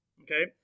Okay